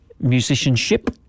musicianship